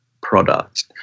product